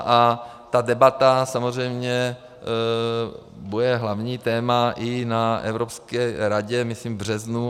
A ta debata samozřejmě bude hlavní téma i na Evropské radě, myslím v březnu.